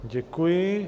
Děkuji.